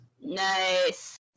Nice